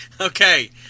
Okay